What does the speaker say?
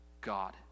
God